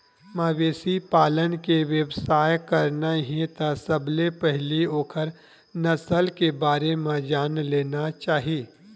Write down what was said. मवेशी पालन के बेवसाय करना हे त सबले पहिली ओखर नसल के बारे म जान लेना चाही